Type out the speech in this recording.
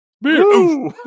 Beer